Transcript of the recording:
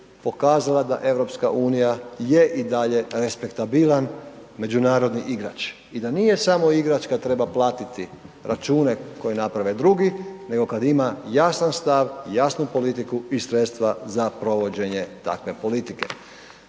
pokazala da EU je i dalje respektabilan međunarodni igrač i da nije samo igrač kada treba platiti račune koje naprave drugi nego kada ima jasan stav i jasnu politiku i sredstva za provođenje takve politike.